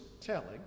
telling